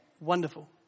wonderful